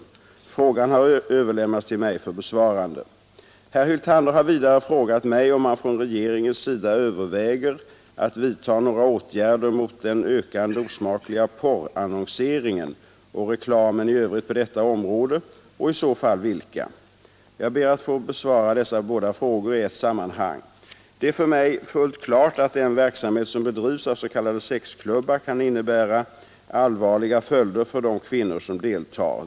Frågan har överlämnats till mig för besvarande. Herr Hyltander har vidare frågat mig om man från regeringens sida överväger att vidtaga några åtgärder mot den ökande osmakliga ”porrannonseringen” och reklamen i övrigt på detta område och i så fall vilka. Jag ber att få besvara dessa båda frågor i ett sammanhang. Det är för mig fullt klart att den verksamhet som bedrivs av s.k. sexklubbar kan innebära allvarliga följder för de kvinnor som deltar.